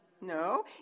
No